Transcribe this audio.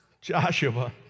Joshua